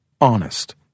Honest